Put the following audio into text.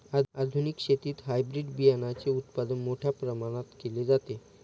आधुनिक शेतीत हायब्रिड बियाणाचे उत्पादन मोठ्या प्रमाणात केले जाते